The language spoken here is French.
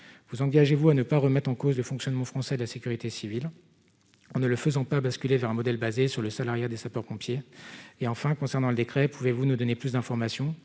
vous engagez-vous à ne pas remettre en cause le fonctionnement français de la sécurité civile, on ne le faisant pas basculer vers un modèle basé sur le salariat des sapeurs-pompiers et enfin concernant le décret, pouvez-vous nous donner plus d'informations,